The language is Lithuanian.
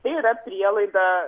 tai yra prielaida